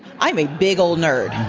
i'm a big old nerd.